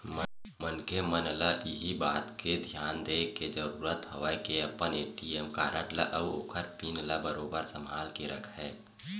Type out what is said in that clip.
मनखे मन ल इही बात के धियान देय के जरुरत हवय के अपन ए.टी.एम कारड ल अउ ओखर पिन ल बरोबर संभाल के रखय